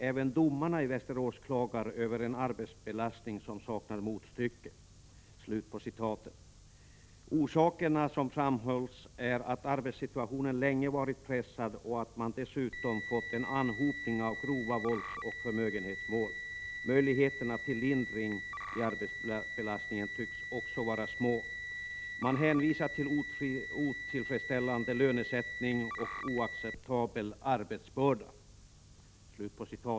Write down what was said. Även domarna i Västerås klagar över en arbetsbelastning som saknar motstycke.” Orsakerna som framhålls är att arbetssituationen länge varit pressad och att man dessutom fått en anhopning av grova våldsoch förmögenhetsmål. Möjligheterna till lindring i arbetsbelastningen tycks också vara små. Man hänvisar till otillfredsställande lönesättning och oacceptabel arbetsbörda.